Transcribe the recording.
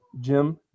Jim